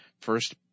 first